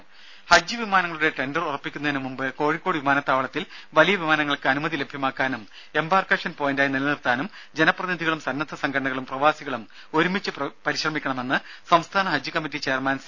ദര ഹജ്ജ് വിമാനങ്ങളുടെ ടെൻഡർ ഉറപ്പിക്കുന്നതിന് മുമ്പ് കോഴിക്കോട് വിമാനത്താവളത്തിൽ വലിയ വിമാനങ്ങൾക്ക് അനുമതി ലഭ്യമാക്കാനും എംബാർക്കേഷൻ പോയിന്റായി നിലനിർത്താനും ജനപ്രതിനിധികളും സന്നദ്ധ സംഘടനകളും പ്രവാസികളും ഒരുമിച്ച് പരിശ്രമിക്കണമെന്ന് സംസ്ഥാന ഹജ്ജ് കമ്മിറ്റി ചെയർമാൻ സി